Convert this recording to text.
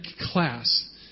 class